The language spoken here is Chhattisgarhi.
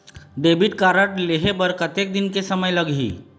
डेबिट कारड लेहे बर कतेक दिन के समय लगही?